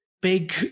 big